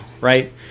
right